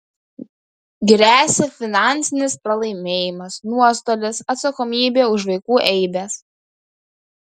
gresia finansinis pralaimėjimas nuostolis atsakomybė už vaikų eibes